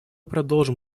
продолжим